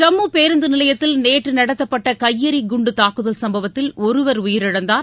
ஜம்மு பேருந்து நிலையத்தில் நேற்று நடத்தப்பட்ட கையெறி குண்டு தாக்குதல் சம்பவத்தில் ஒருவர் உயிரிழந்தார்